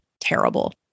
terrible